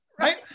Right